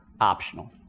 optional